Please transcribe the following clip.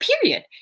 period